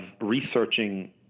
researching